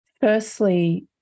firstly